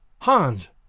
Hans